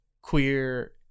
queer